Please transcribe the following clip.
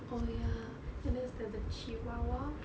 oh ya and there's like the chihuahua